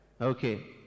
Okay